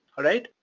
alright?